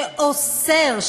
שאוסר,